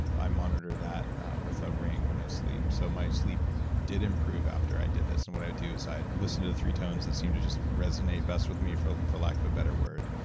i monitor that with a ring when i sleep, so my sleep did improve after i did this. so and what i do is i listen to three tones that seem to just resonate best with me for for lack of a better word,